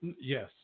Yes